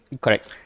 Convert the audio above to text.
Correct